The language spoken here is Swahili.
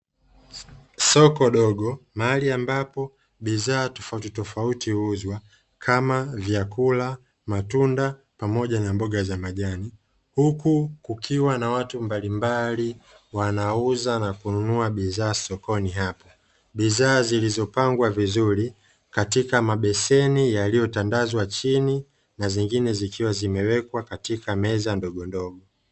Soko dogo mahali ambapo bidhaa tofautitofauti huuzwa kama vyakula, matunda pamoja na mboga za majani. Huku kukiwa na watu mbalimbali wanauza na kununua bidhaa sokoni hapo. Bidhaa zilizopangwa vizuri katika mabeseni yaliotandazwa chini na zingine zikiwa zimewekwa katika meza ndogondogo.